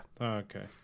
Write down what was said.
Okay